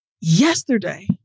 Yesterday